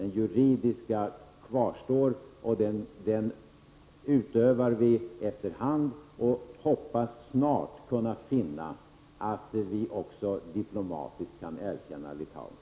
Den juridiska frågan kvarstår, och den arbetar vi med efter hand och hoppas snart kunna finna att vi även diplomatiskt kan erkänna Litauen.